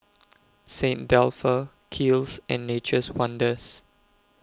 Saint Dalfour Kiehl's and Nature's Wonders